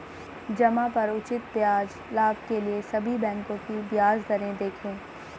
जमा पर उचित ब्याज लाभ के लिए सभी बैंकों की ब्याज दरें देखें